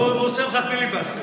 הוא עושה לך פיליבסטר.